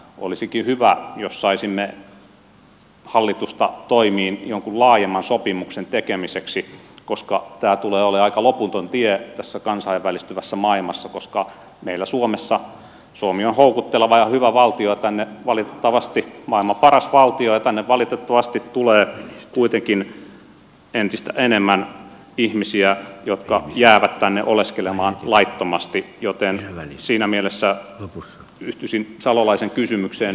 olisikin hyvä jos saisimme hallitusta toimiin jonkun laajemman sopimuksen tekemiseksi koska tämä tulee olemaan aika loputon tie tässä kansainvälistyvässä maailmassa koska suomi on houkutteleva ja hyvä valtio maailman paras valtio ja tänne valitettavasti tulee kuitenkin entistä enemmän ihmisiä jotka jäävät tänne oleskelemaan laittomasti joten siinä mielessä yhtyisin salolaisen kysymykseen